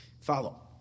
Follow